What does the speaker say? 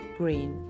green